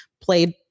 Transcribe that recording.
played